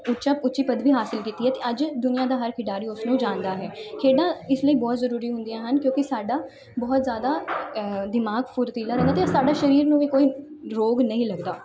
ਉੱਚਾ ਉੱਚੀ ਪਦਵੀ ਹਾਸਿਲ ਕੀਤੀ ਹੈ ਅਤੇ ਅੱਜ ਦੁਨੀਆਂ ਦਾ ਹਰ ਖਿਡਾਰੀ ਉਸ ਨੂੰ ਜਾਣਦਾ ਹੈ ਖੇਡਾਂ ਇਸ ਲਈ ਬਹੁਤ ਜ਼ਰੂਰੀ ਹੁੰਦੀਆਂ ਹਨ ਕਿਉਂਕਿ ਸਾਡਾ ਬਹੁਤ ਜ਼ਿਆਦਾ ਦਿਮਾਗ ਫੁਰਤੀਲਾ ਰਹਿੰਦਾ ਅਤੇ ਸਾਡਾ ਸਰੀਰ ਨੂੰ ਵੀ ਕੋਈ ਰੋਗ ਨਹੀਂ ਲੱਗਦਾ